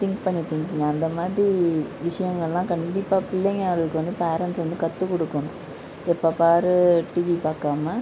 think பண்ண thinking அந்த மாதிரி விஷயங்கள்லாம் கண்டிப்பாக பிள்ளைகளுக்கு வந்து பேரெண்ட்ஸ் வந்து கற்றுக் கொடுக்கணும் எப்போ பார் டிவி பார்க்காம